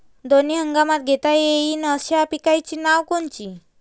दोनी हंगामात घेता येईन अशा पिकाइची नावं कोनची?